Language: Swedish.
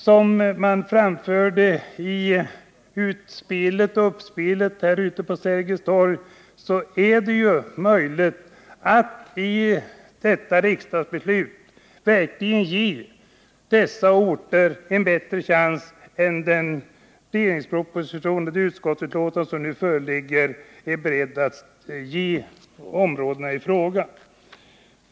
Som man framförde i det som spelades upp här ute på Sergels torg är det ju möjligt att genom detta riksdagsbeslut ge dessa orter en bättre chans än den regeringsproposition och det utskottsbetänkande som nu föreligger är beredda att ge områdena i fråga.